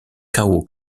cao